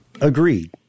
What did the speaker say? Agreed